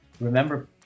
Remember